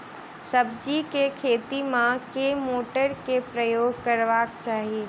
सब्जी केँ खेती मे केँ मोटर केँ प्रयोग करबाक चाहि?